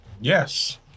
Yes